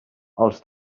als